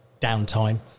downtime